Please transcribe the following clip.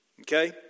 Okay